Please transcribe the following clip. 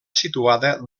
situada